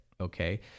okay